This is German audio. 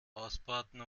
ausbraten